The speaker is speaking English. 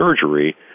surgery